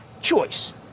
choice